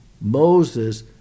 Moses